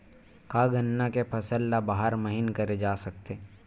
का गन्ना के फसल ल बारह महीन करे जा सकथे?